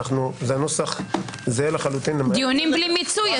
זה נוסח זהה לחלוטין --- דיונים בלי מיצוי,